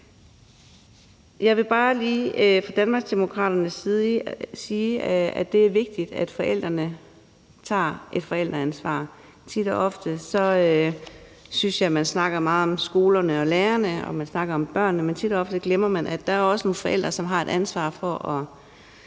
Jeg vil bare lige fra Danmarksdemokraternes side sige, at det er vigtigt, at forældrene tager et forældreansvar. Tit og ofte synes jeg man snakker meget om skolerne og lærerne og om børnene, men tit og ofte glemmer man, at der også er nogle forældre, som har et ansvar for først